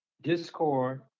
discord